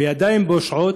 וידיים פושעות,